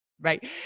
Right